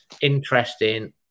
interesting